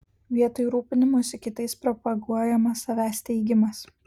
vietoj rūpinimosi kitais propaguojamas savęs teigimas